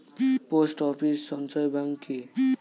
Post office সঞ্চয় bank কি?